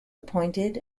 pointed